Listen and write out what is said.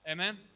Amen